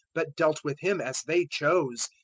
but dealt with him as they chose.